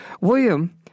William